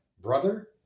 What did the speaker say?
brother